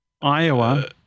Iowa